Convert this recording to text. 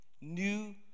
new